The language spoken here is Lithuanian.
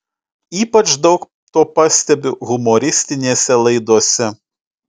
ypač daug to pastebiu humoristinėse laidose